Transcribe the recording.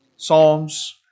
psalms